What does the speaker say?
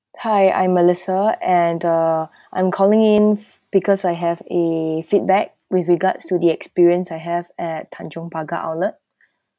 hi I'm melissa and uh I'm calling in because I have a feedback with regards to the experience I have at tanjong pagar outlet